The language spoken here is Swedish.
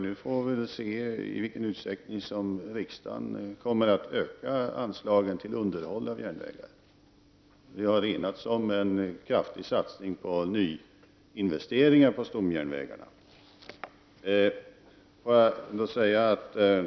Vi får se i vilken utsträckning som riksdagen kommer att öka anslagen till underhåll av järnvägar. Vi har enats om en kraftig satsning på nyinvesteringar på stomjärnvägarna.